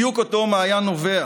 בדיוק אותו מעיין נובע,